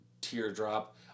teardrop